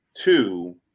two